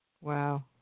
Wow